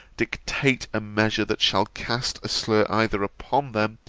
dictate a measure that shall cast a slur either upon them,